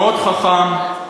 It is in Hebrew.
מאוד חכם,